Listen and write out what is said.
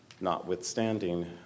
notwithstanding